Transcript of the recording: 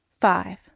five